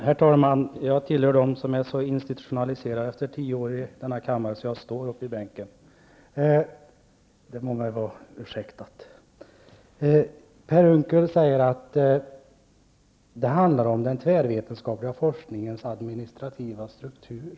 Herr talman! Per Unckel säger att det handlar om den tvärvetenskapliga forskningens administrativa struktur.